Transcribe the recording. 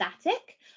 static